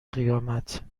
قیامت